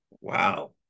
Wow